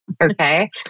Okay